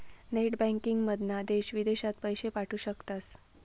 net बँकिंगमधना देश विदेशात पैशे पाठवू शकतास